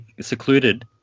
secluded